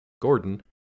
Gordon